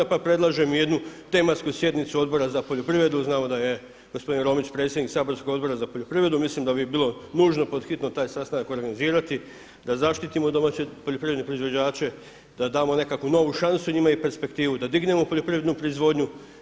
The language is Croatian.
Pa predlažem i jednu tematsku sjednicu Odbora za poljoprivredu, znamo da je gospodin Romić predsjednik saborskog Odbora za poljoprivredu mislim da bi bilo nužno pod hitno taj sastanak organizirati da zaštitimo domaće poljoprivredne proizvođače, da damo nekakvu novu šansu njima i perspektivu, da dignemo poljoprivrednu proizvodnju.